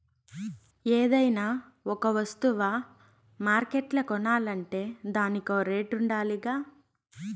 ఏదైనా ఒక వస్తువ మార్కెట్ల కొనాలంటే దానికో రేటుండాలిగా